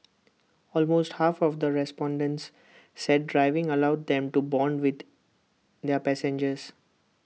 almost half of the respondents said driving allowed them to Bond with their passengers